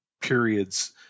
periods